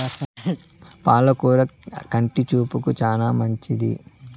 పాల కూర కంటి చూపుకు చానా మంచిది